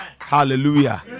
Hallelujah